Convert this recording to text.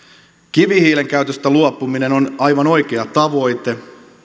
kivihiilen käytöstä luopuminen on aivan oikea tavoite